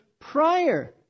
prior